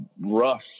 rough